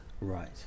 Right